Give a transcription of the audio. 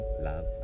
love